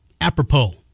apropos